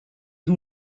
who